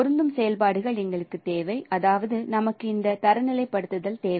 பொருந்தும் செயல்பாடுகள் எங்களுக்கு தேவைஅதாவது நமக்கு இந்த தரநிலைப்படுத்தல் தேவை